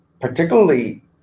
particularly